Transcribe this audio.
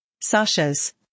Sasha's